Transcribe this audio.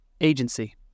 agency